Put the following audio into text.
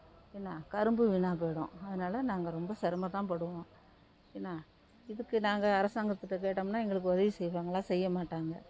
என்ன கரும்பு வீணாக போயிடும் அதனால நாங்கள் ரொம்ப சிரமம் தான் படுவோம் என்ன இதுக்கு நாங்கள் அரசாங்கத்துக்கிட்ட கேட்டமுன்னா எங்களுக்கு உதவி செய்வாங்களா செய்ய மாட்டாங்க